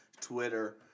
Twitter